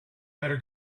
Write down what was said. better